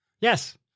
Yes